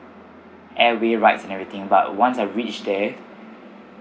airway rides and everything but once I reach there